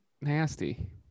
Nasty